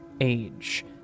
age